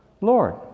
Lord